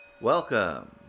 Welcome